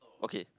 okay